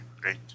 great